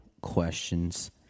questions